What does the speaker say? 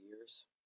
years